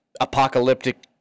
apocalyptic